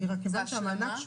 זו השלמה?